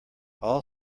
all